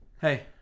Hey